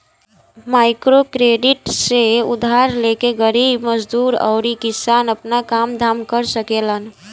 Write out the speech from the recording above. microcredit से उधार लेके गरीब मजदूर अउरी किसान आपन काम धाम कर सकेलन